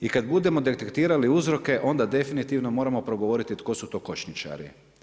I kada budemo detektirali uzroke onda definitivno moramo progovoriti tko su to kočničari.